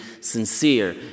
sincere